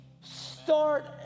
Start